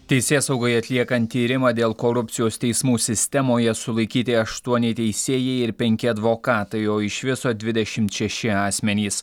teisėsaugai atliekant tyrimą dėl korupcijos teismų sistemoje sulaikyti aštuoni teisėjai ir penki advokatai o iš viso dvidešimt šeši asmenys